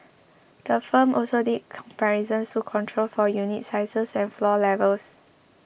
the firm also did comparisons to control for unit sizes and floor levels